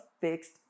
fixed